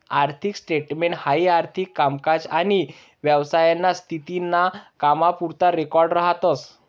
आर्थिक स्टेटमेंट हाई आर्थिक कामकाज आनी व्यवसायाना स्थिती ना कामपुरता रेकॉर्ड राहतस